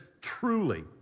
truly